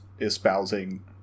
espousing